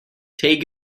take